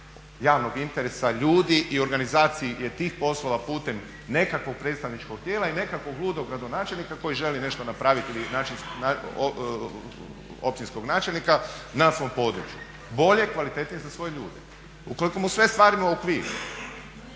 javnog interesa ljudi i organizaciji jer tih poslova putem nekakvog predstavničkog tijela i nekakvog ludog gradonačelnika koji želi nešto napraviti ili općinskog načelnika na svom području bolje, kvalitetnije za svoje ljude. Ukoliko mu sve stavimo u okvir